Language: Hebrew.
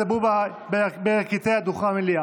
אנא דברו בירכתי המליאה.